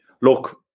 look